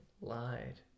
Lied